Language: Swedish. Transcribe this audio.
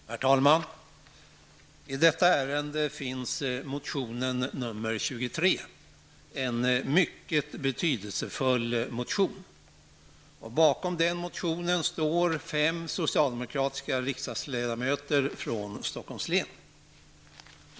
Herr talman! I detta ärende finns motion nr 23 -- en mycket betydelsefull motion. Bakom motionen står fem socialdemokratiska riksdagsledamöter från Stockholms län.